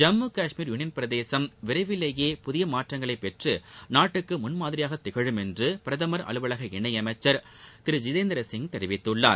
Jammu Kashmir union பிரதேசம் விரைவிலேயே புதிய மாற்றங்களைப் பெற்று நாட்டுக்கு முன்மாதிரியாகத் திகழும் என்று பிரதமர் அலுவலக இணையமைச்சர் திரு ஜிதேந்திரசிங் தெரிவித்துள்ளார்